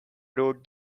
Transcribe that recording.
wrote